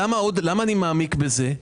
למה אני מעמיק בזה?